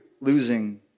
losing